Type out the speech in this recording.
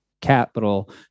Capital